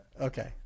Okay